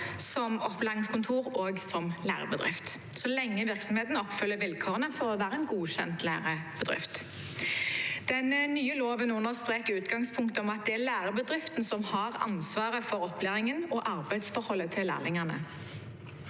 både opplæringskontor og lærebedrift – så lenge virksomheten oppfyller vilkårene for å være en godkjent lærebedrift. Den nye loven understreker utgangspunktet om at det er lærebedriften som har ansvaret for opplæringen og arbeidsforholdet til lærlingene.